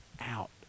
out